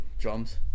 Drums